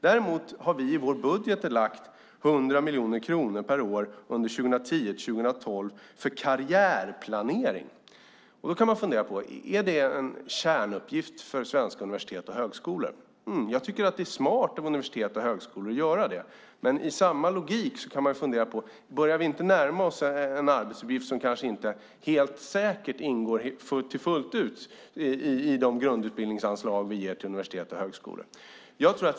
Vi har i vår budget föreslagit 100 miljoner kronor per år under 2010-2012 för karriärplanering. Är det en kärnuppgift för svenska universitet och högskolor? Jag tycker att det är smart av universitet och högskolor att göra det. Med samma logik man kan börja fundera på: Börjar vi inte närma oss en arbetsuppgift som kanske inte helt säkert ingår fullt ut i de grundutbildningsanslag som vi ger till universitet och högskolor?